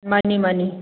ꯃꯥꯅꯤ ꯃꯥꯅꯤ